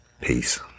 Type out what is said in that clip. Peace